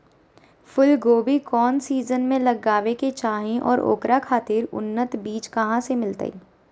फूलगोभी कौन सीजन में लगावे के चाही और ओकरा खातिर उन्नत बिज कहा से मिलते?